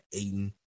Aiden